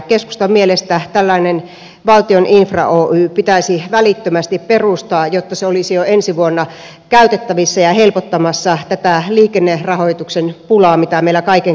keskustan mielestä tällainen valtion infra oy pitäisi välittömästi perustaa jotta se olisi jo ensi vuonna käytettävissä ja helpottamassa tätä liikennerahoituksen pulaa mitä meillä kaiken kaikkiaan on